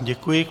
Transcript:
Děkuji.